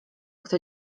kto